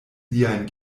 liajn